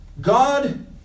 God